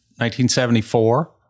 1974